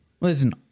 listen